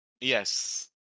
Yes